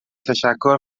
تشکر